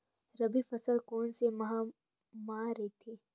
रबी फसल कोन सा माह म रथे?